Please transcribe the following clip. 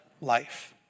life